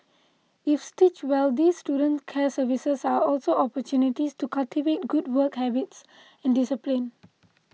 if stitched well these student care services are also opportunities to cultivate good work habits and discipline